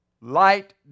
Light